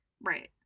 Right